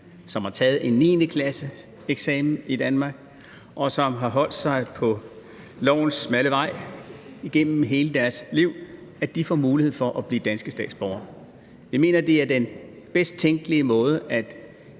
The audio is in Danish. som har taget en 9.-klasseeksamen i Danmark, og som har holdt sig på lovens smalle vej igennem hele deres liv, og sørge for, at de får mulighed for at blive danske statsborgere. Jeg mener, det er den bedst tænkelige måde